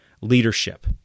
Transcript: leadership—